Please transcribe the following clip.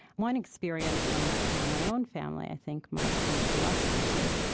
one experience from my own family, i think, might be illustrative.